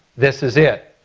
this is it.